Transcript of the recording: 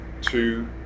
two